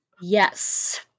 Yes